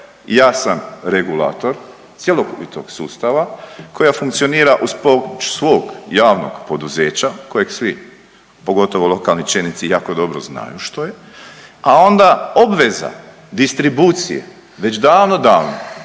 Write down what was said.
jasan regulator cjelovitog sustava koja funkcionira uz pomoću svog javnog poduzeća kojeg svi, pogotovo lokalni čelnici jako dobro znaju što je, a onda obveza distribucije već davno, davno